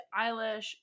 Eilish